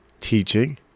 teaching